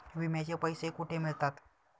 विम्याचे पैसे कुठे मिळतात?